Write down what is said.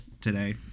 today